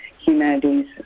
humanities